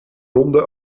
ronde